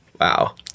wow